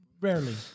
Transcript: rarely